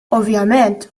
ovvjament